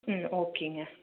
ம் ஓகேங்க